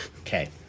Okay